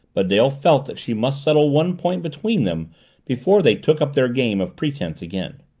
but dale felt that she must settle one point between them before they took up their game of pretense again.